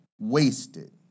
wasted